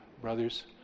brothers